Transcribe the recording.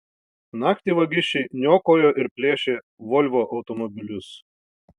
naktį vagišiai niokojo ir plėšė volvo automobilius